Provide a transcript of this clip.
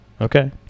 Okay